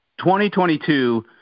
2022 –